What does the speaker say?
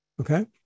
Okay